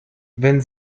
wenn